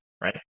right